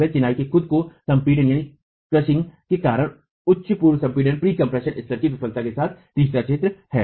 और चिनाई के खुद को संपीडन के कारण उच्च पूर्व संपीडन स्तर की विफलता के साथ तीसरा क्षेत्र है